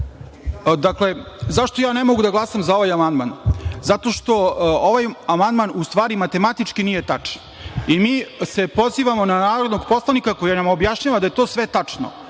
Dakle, zašto ja ne mogu da glasam za ovaj amandman, zato što ovaj amandman u stvari matematički nije tačan i mi se pozivamo na narodnog poslanika koji nam objašnjava da je to sve tačno,